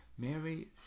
Mary